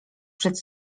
przed